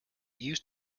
used